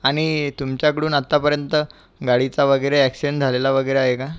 आणि तुमच्याकडून आत्तापर्यंत गाडीचा वगैरे एक्सिडेंट झालेला वगैरे आहे का